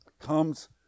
comes